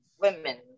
women